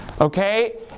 okay